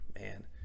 man